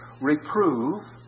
Reprove